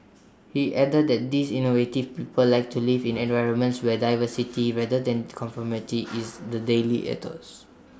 he added that these innovative people like to live in environments where diversity rather than conformity is the daily ethos